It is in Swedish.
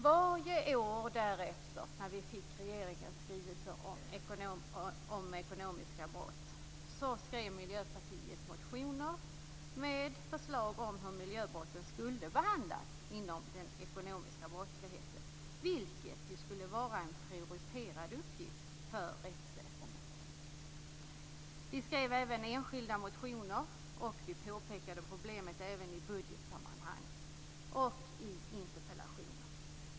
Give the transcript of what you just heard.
Varje år därefter när vi fick regeringens skrivelse om ekonomiska brott skrev Miljöpartiet motioner med förslag om hur miljöbrotten skulle behandlas inom den ekonomiska brottsligheten, vilket ju skulle vara en prioriterad uppgift för rättsväsendet. Vi skrev även enskilda motioner, vi påpekade problemet i budgetsammanhang och i interpellationer.